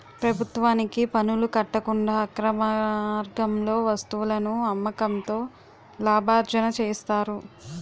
ప్రభుత్వానికి పనులు కట్టకుండా అక్రమార్గంగా వస్తువులను అమ్మకంతో లాభార్జన చేస్తారు